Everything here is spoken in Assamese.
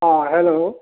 অ' হেল্ল'